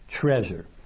treasure